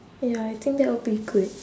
ya I think that would be good